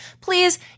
Please